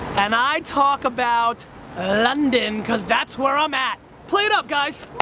and i talk about london cause that's where i'm at. play it up, guys.